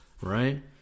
right